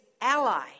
ally